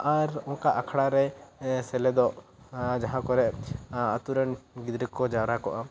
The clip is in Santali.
ᱟᱨ ᱚᱱᱠᱟ ᱟᱠᱷᱲᱟ ᱨᱮ ᱥᱮᱞᱮᱫᱚᱜ ᱟᱨ ᱡᱟᱦᱟᱸ ᱠᱚᱨᱮ ᱟᱛᱳ ᱨᱮᱱ ᱜᱤᱫᱽᱨᱟᱹ ᱠᱚ ᱡᱟᱨᱚᱣᱟ ᱠᱚᱜᱼᱟ